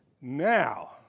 Now